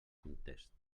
context